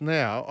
now